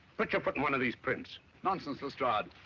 put your foot on one of these prints. nonsense, lestrade.